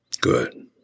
Good